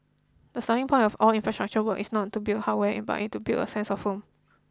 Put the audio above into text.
the starting point of all these infrastructure work is not to build hardware but to build a sense of home